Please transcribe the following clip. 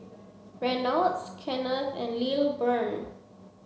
Reynolds Kenneth and Lilburn